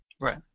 Right